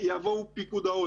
יבוא פיקוד העורף,